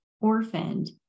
orphaned